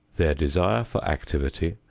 their desire for activity,